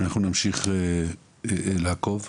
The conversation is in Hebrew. נמשיך לעקוב.